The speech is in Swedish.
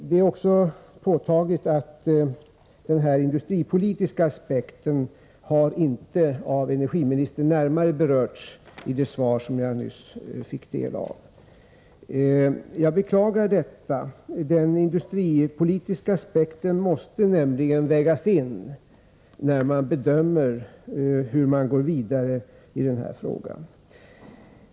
Det är också påtagligt att den industripolitiska aspekten inte närmare har berörts av energiministern i det svar som jag nyss fick del av. Jag beklagar detta. Den industripolitiska aspekten måste nämligen vägas in när man bedömer hur man skall gå vidare i den här frågan.